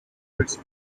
its